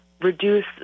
reduce